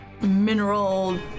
mineral